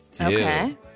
Okay